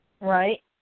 Right